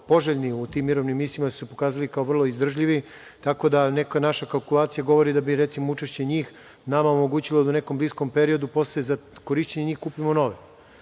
poželjni u tim mirovnim misijama jer su se pokazali kao vrlo izdržljivi. Tako da neka naša kalkulacija govori da bi recimo učešće njih nama omogućilo da u nekom bliskom periodu posle za korišćenje njih kupimo